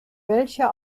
welcher